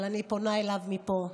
אבל אני פונה אליו מפה.